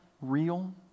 real